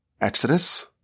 Exodus